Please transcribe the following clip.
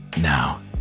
Now